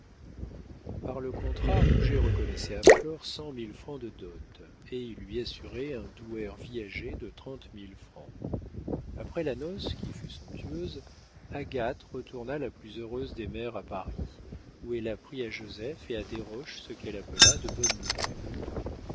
par le contrat rouget reconnaissait à flore cent mille francs de dot et il lui assurait un douaire viager de trente mille francs après la noce qui fut somptueuse agathe retourna la plus heureuse des mères à paris où elle apprit à joseph et à desroches ce qu'elle appela de bonnes nouvelles